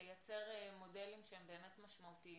לייצר מודלים שהם משמעותיים.